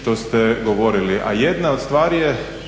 što ste govorili, a jedna od stvari je